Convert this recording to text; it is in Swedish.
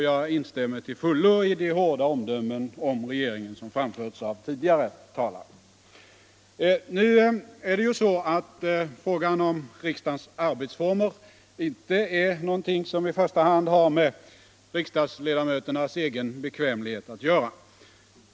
Jag instämmer till fullo i de hårda omdömen om regeringen som framförts av tidigare talare. Nu är det ju så att frågan om riksdagens arbetsformer inte är någonting som i första hand har med riksdagsledamöternas egen bekvämlighet att göra.